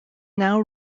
now